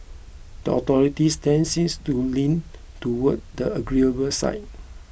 the authorities' stance seems to lean towards the agreeable side